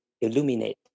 illuminate